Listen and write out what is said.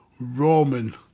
Roman